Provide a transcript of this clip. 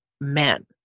men